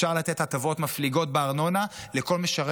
אפשר לתת הטבות מפליגות בארנונה לכל משרת